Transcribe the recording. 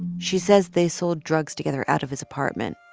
she says they sold drugs together out of his apartment.